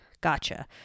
Gotcha